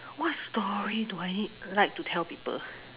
what story do I need like to tell people